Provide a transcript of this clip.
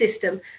system